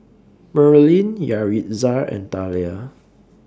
Merlin Yaritza and Thalia